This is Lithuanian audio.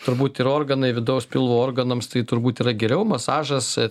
turbūt ir organai vidaus pilvo organams tai turbūt yra geriau masažas